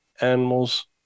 animals